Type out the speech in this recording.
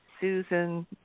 Susan